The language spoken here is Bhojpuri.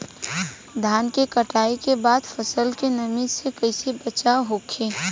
धान के कटाई के बाद फसल के नमी से कइसे बचाव होखि?